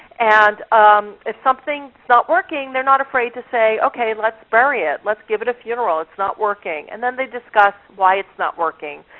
and um it's if something's not working they're not afraid to say, okay let's bury it. let's give it a funeral. it's not working. and then they discuss why it's not working.